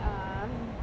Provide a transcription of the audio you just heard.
ah